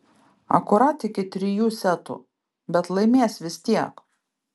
akurat iki trijų setų bet laimės vis tiek